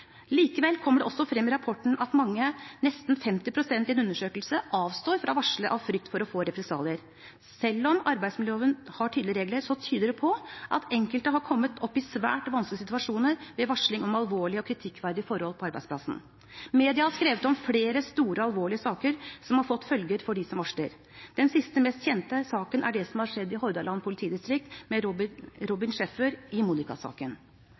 Likevel kommer det også frem i rapporten at mange – nesten 50 pst. i en undersøkelse – avstår fra å varsle av frykt for represalier. Selv om arbeidsmiljøloven har tydelige regler, tyder det på at enkelte har kommet opp i svært vanskelige situasjoner ved varsling om alvorlige og kritikkverdige forhold på arbeidsplassen. Media har skrevet om flere store, alvorlige saker som har fått følger for dem som varsler. Den siste mest kjente saken er det som har skjedd i Hordaland politidistrikt, med Robin Schaefer i